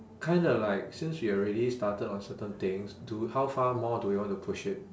kinda like since we already started on certain things do how far more do we want to push it